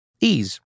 Ease